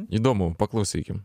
įdomu paklausykim